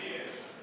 למי יש?